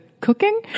cooking